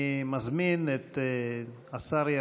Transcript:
בבקשה, אדוני השר.